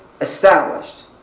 established